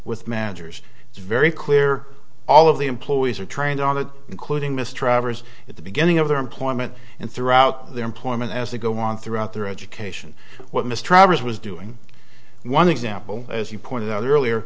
with managers it's very clear all of the employees are trained on it including mr avars at the beginning of their employment and throughout their employment as they go on throughout their education what mr rogers was doing one example as you pointed out earlier